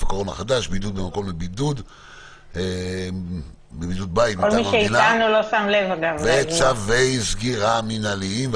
הקורונה החדש (בידוד במקום לבידוד מטעם המדינה וצווי סגירה מנהליים).